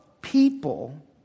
people